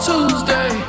Tuesday